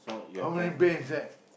how many bear inside